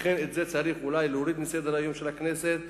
לכן את זה צריך אולי להוריד מסדר-היום של הכנסת,